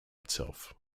itself